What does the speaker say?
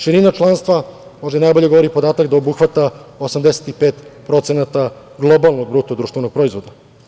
Širina članstva, možda najbolje govori podatak, da obuhvata 85% globalnog društvenog proizvoda.